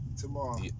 tomorrow